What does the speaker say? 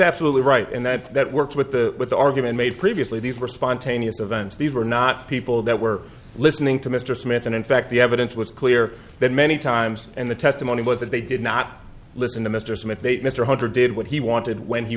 absolutely right and that that works with the with the argument made previously these were spontaneous events these were not people that were listening to mr smith and in fact the evidence was clear that many times and the testimony was that they did not listen to mr smith they mr hunter did what he wanted when he